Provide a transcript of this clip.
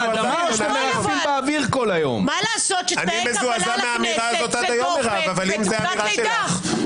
מה לעשות שתנאי קבלה לכנסת, זאת תעודת לידה.